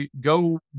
go